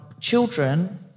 children